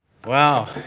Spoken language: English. Wow